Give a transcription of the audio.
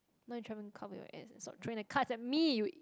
now you trying cover your ass stop throwing the cards at me